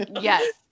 Yes